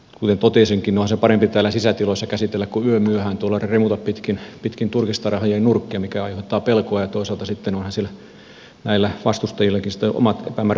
kuten totesinkin onhan se parempi täällä sisätiloissa käsitellä kuin yömyöhään tuolla remuta pitkin turkistarhojen nurkkia mikä aiheuttaa pelkoa ja toisaalta sitten onhan näillä vastustajillakin sitten omat epämääräiset olosuhteensa